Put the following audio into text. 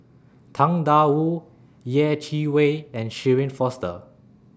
Tang DA Wu Yeh Chi Wei and Shirin Fozdar